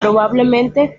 probablemente